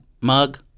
mug